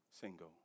single